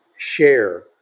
Share